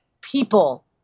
people